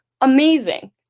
amazing